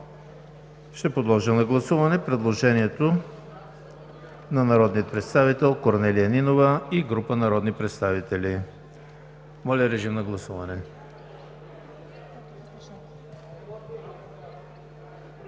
Подлагам на гласуване предложението на народния представител Корнелия Нинова и група народни представители. Гласували